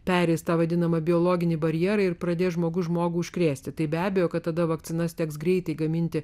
pereis tą vadinamą biologinį barjerą ir pradės žmogus žmogų užkrėsti tai be abejo kad tada vakcinas teks greitai gaminti